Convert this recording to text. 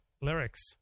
lyrics